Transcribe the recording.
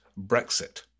Brexit